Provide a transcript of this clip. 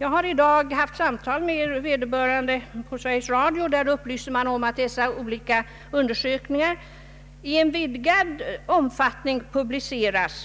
Jag har i dag haft samtal med vederbörande på Sveriges Radio. Man upplyser om att dessa olika undersökningar publiceras i en vidgad omfattning och att uppgifter